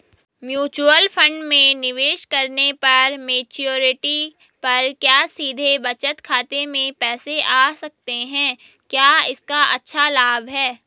Mutual fund में निवेश करने पर मैच्योरिटी पर क्या सीधे बचत खाते में पैसे आ सकते हैं क्या इसका अच्छा लाभ है?